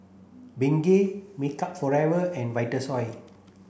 Bengay Makeup Forever and Vitasoy